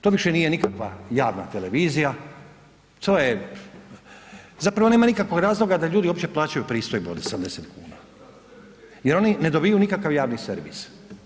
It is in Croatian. To više nije nikakva javna televizija, to je, zapravo nema nikakvog razloga da ljudi uopće plaćaju pristojbu od 80 kuna jer oni ne dobivaju nikakav javni servis.